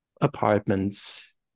apartments